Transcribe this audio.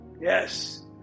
Yes